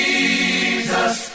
Jesus